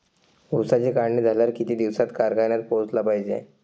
ऊसाची काढणी झाल्यावर किती दिवसात कारखान्यात पोहोचला पायजे?